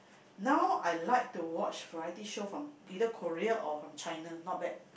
now I like to watch variety show from either Korea or from China not bad